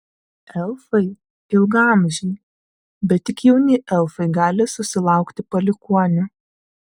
elfai ilgaamžiai bet tik jauni elfai gali susilaukti palikuonių